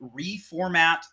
reformat